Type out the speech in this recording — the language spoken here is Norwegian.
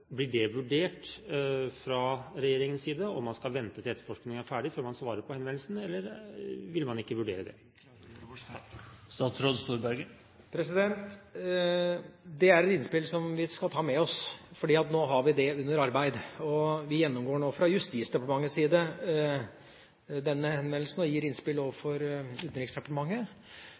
Blir det vurdert fra regjeringens side om man skal vente til etterforskningen er ferdig før man svarer på henvendelsen, eller vil man ikke vurdere det? Det er et innspill som vi skal ta med oss, fordi det nå er under arbeid. Vi gjennomgår nå fra Justisdepartementets side denne henvendelsen og gir innspill til Utenriksdepartementet.